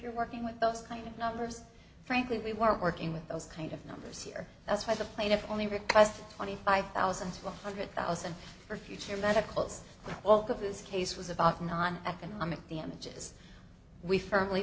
you're working with those kind of numbers frankly we weren't working with those kind of numbers here that's why the plaintiff only request twenty five million one hundred thousand and four future medical walk of this case was about nine economic damages we firmly